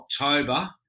October